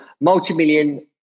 multi-million